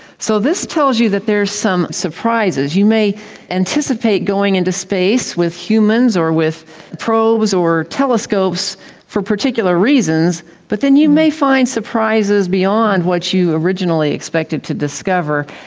so this tells you that there are some surprises. you may anticipate going into space with humans or with probes or telescopes for particular reasons, but then you may find surprises beyond what you originally expected to discover.